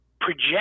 project